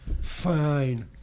Fine